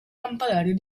lampadario